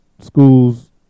schools